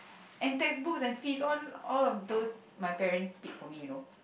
and textbooks and fees all all of those my parents paid for me you know